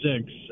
six